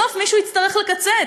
בסוף מישהו יצטרך לקצץ.